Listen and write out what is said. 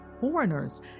foreigners